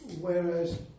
Whereas